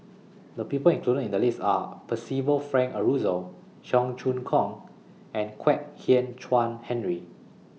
The People included in The list Are Percival Frank Aroozoo Cheong Choong Kong and Kwek Hian Chuan Henry